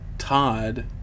Todd